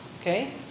Okay